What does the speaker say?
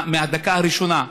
מהדקה הראשונה,